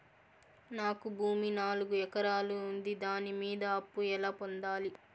నాకు భూమి నాలుగు ఎకరాలు ఉంది దాని మీద అప్పు ఎలా పొందాలి?